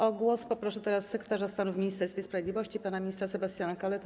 O głos poproszę teraz sekretarza stanu w Ministerstwie Sprawiedliwości, pana ministra Sebastiana Kaletę.